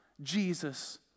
Jesus